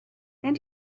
and